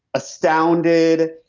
astounded,